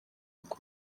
kuko